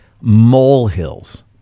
molehills